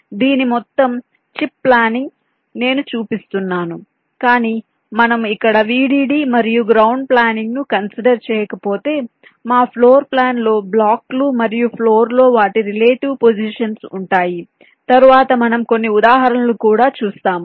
దీని మొత్తం chip planning నేను చూపిస్తున్నాను కాని మనము ఇక్కడ VDD మరియు గ్రౌండ్ ప్లానింగ్ను కన్సిడర్ చేయకపోతే మా ఫ్లోర్ ప్లాన్లో బ్లాక్లు మరియు ఫ్లోర్ లో వాటి రిలేటివ్ పొజిషన్స్ ఉంటాయి తరువాత మనం కొన్ని ఉదాహరణలను కూడా చూస్తాము